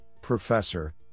Professor